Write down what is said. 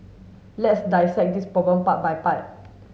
let's dissect this problem part by part